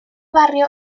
barrio